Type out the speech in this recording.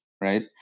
right